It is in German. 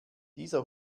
dieser